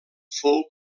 fou